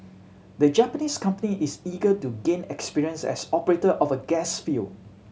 the Japanese company is eager to gain experience as operator of a gas field